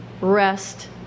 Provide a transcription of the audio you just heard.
rest